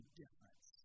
difference